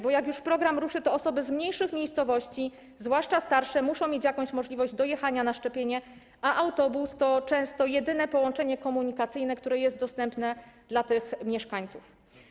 Bo jak już program ruszy, to osoby z mniejszych miejscowości, zwłaszcza starsze, muszą mieć jakąś możliwość dojechania na szczepienie, a autobus to często jedyne połączenie komunikacyjne, które jest dostępne dla tych mieszkańców.